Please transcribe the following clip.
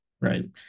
right